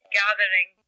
gathering